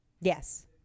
yes